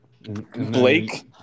Blake